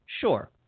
Sure